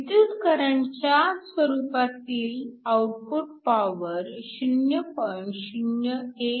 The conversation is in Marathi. विद्युत करंटच्या स्वरूपातील आउटपुट पॉवर 0